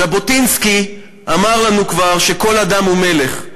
ז'בוטינסקי אמר לנו כבר שכל אדם הוא מלך.